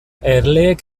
erleek